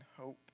hope